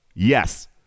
Yes